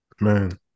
man